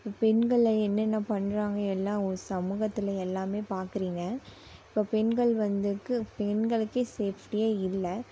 பெண்களை என்னென்ன பண்ணுறாங்க எல்லா சமூகத்தில் எல்லாமே பார்க்குறீங்க இப்போ பெண்கள் வந்துக்கு பெண்களுக்கே சேஃப்டியே இல்லை